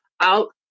out